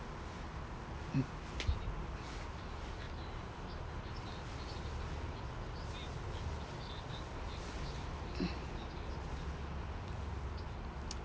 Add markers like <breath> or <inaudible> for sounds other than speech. mm <breath> mm